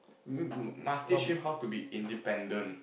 m~ must teach him how to be independent